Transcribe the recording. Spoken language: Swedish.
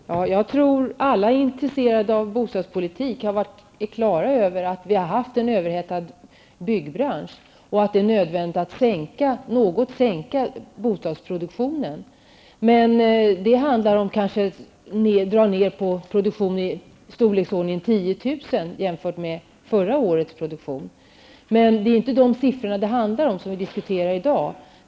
Fru talman! Jag tror att alla som är intresserade av bostadspolitik är klara över att det har varit en överhettad byggbransch och att det är nödvändigt att något minska bostadsproduktionen. Det handlar om att dra ner på produktionen med i storleksordningen 10 000 lägenheter jämfört med förra årets produktion. Men det vi diskuterar i dag handlar inte om de siffrorna.